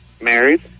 Married